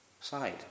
side